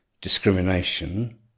discrimination